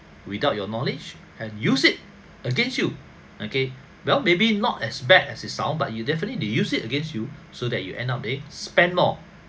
without your knowledge and use it against you okay well maybe not as bad as it sound but you definitely they use it against you so that you end of the day spend more